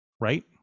right